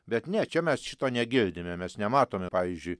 bet ne čia mes šito negirdime mes nematome pavyzdžiui